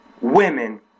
women